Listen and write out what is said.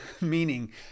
Meaning